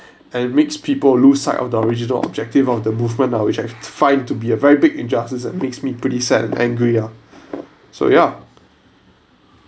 and makes people lose sight of the original objective of the movement ah which I find to be a very big injustice that makes me pretty sad and angry ah so ya